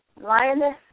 lioness